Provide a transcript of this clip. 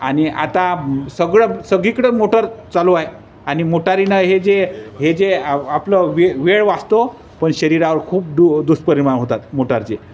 आणि आता सगळं सगळीकडं मोटर चालू आहे आणि मोटारीनं हे जे हे जे आप आपलं वे वेळ वाचतो पण शरीरावर खूप डु दुष्परिमाण होतात मोटारचे